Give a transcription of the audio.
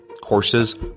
Courses